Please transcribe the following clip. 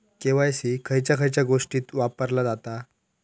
KYC खयच्या खयच्या गोष्टीत वापरला जाता?